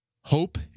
Hope